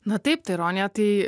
na taip ta ironija tai